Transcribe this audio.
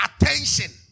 attention